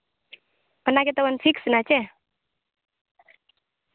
ᱚᱱᱟᱜᱮ ᱛᱟᱵᱚᱱ ᱯᱷᱤᱠᱥ ᱮᱱᱟ ᱪᱮ